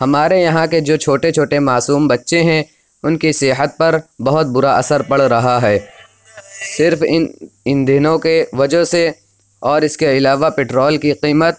ہمارے یہاں کے جو چھوٹے چھوٹے معصوم بچے ہیں ان کی صحت پر بہت برا اثر پڑ رہا ہے صرف ان ایندھنوں کے وجہ سے اور اس کے علاوہ پٹرول کی قیمت